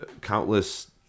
countless